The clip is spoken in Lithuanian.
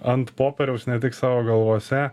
ant popieriaus ne tik savo galvose